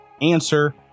answer